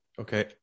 Okay